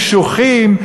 קשוחים,